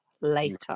later